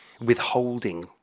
withholding